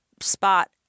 spot